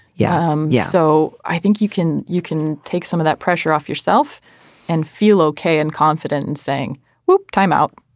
yeah um yeah. so i think you can you can take some of that pressure off yourself and feel ok and confident in saying well time out.